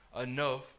enough